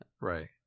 right